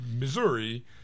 Missouri